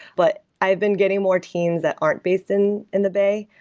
but i've been getting more teams that aren't based in in the bay.